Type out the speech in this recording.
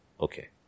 Okay